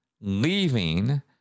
leaving